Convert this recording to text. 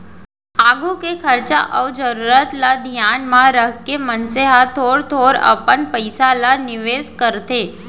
आघु के खरचा अउ जरूरत ल धियान म रखके मनसे ह थोर थोर अपन पइसा ल निवेस करथे